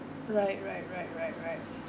right right right right right